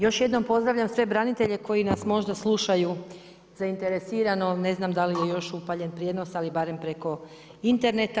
Još jednom pozdravljam sve branitelje koji nas možda slušaju zainteresirano, ne znam da li je još upaljen prijenos ali barem preko interneta.